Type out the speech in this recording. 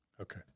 Okay